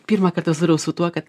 pirmą kartą susidūriau tuo kad